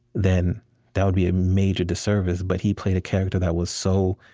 then that would be a major disservice. but he played a character that was so